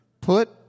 Put